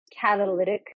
catalytic